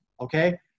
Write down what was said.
okay